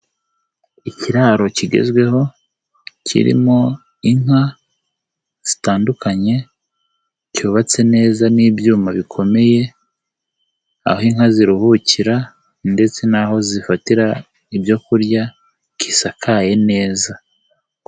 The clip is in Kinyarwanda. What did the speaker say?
Ikiraro kigezweho kirimo inka zitandukanye cyubatse neza n'ibyuma bikomeye, aho inka ziruhukira ndetse n'aho zifatira ibyo kurya gisakaye neza.